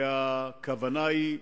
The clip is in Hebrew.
והכוונה היא,